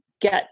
get